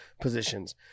positions